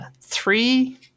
three